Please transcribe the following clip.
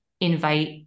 invite